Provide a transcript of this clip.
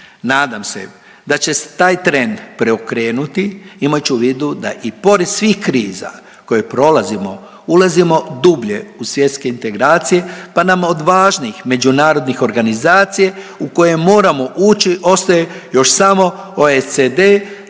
Nadam se da će se taj trend preokrenuti, imajući u vidu da i pored svih kriza koje prolazimo, ulazimo dublje u svjetske integracije pa nam od važnijih međunarodnih organizacija u koje moramo ući, ostaje još samo OECD